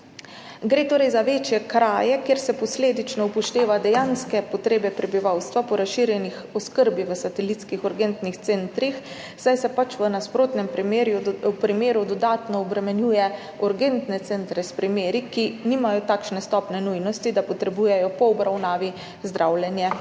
Gre torej za večje kraje, kjer se posledično upošteva dejanske potrebe prebivalstva po razširjeni oskrbi v satelitskih urgentnih centrih, saj se pač v nasprotnem primeru dodatno obremenjuje urgentne centre s primeri, ki nimajo takšne stopnje nujnosti, da potrebujejo po obravnavi zdravljenje